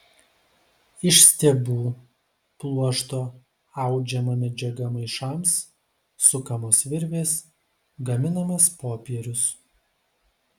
iš stiebų pluošto audžiama medžiaga maišams sukamos virvės gaminamas popierius